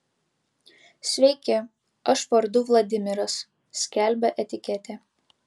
sveiki aš vardu vladimiras skelbia etiketė